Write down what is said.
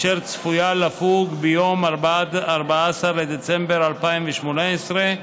אשר צפויה לפוג ביום 14 בדצמבר 2018,